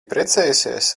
precējusies